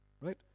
right